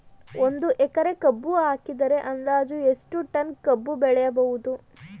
ಒಂದು ಎಕರೆ ಕಬ್ಬು ಹಾಕಿದರೆ ಅಂದಾಜು ಎಷ್ಟು ಟನ್ ಕಬ್ಬು ಬೆಳೆಯಬಹುದು?